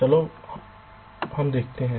चलो पहले देखते है